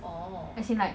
singapore